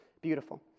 Beautiful